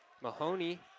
Mahoney